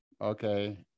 Okay